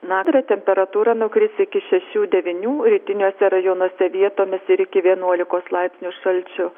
naktį temperatūra nukris iki šešių devynių rytiniuose rajonuose vietomis ir iki vienuolikos laipsnių šalčio